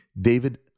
David